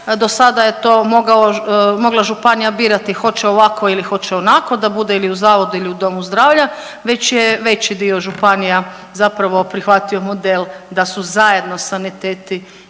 do sada je to mogla županija birati hoće ovako ili hoće onako, da bude ili u zavodu ili u domu zdravlja, već je veći dio županija zapravo prihvatio model da su zajedno saniteti